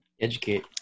Educate